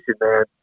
man